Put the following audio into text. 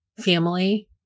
family